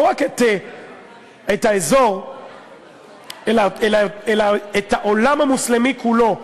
לא רק את האזור אלא את העולם המוסלמי כולו,